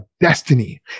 destiny